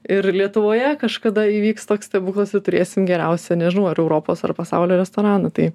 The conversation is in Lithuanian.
ir lietuvoje kažkada įvyks toks stebuklas ir turėsim geriausią nežinau ar europos ar pasaulio restoraną tai